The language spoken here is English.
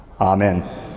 Amen